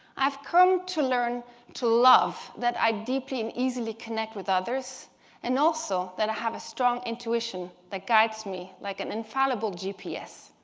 i've come to learn to love that i deeply and easily connect with others and also that i have a strong intuition that guides me like an infallible gps.